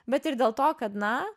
bet ir dėl to kad na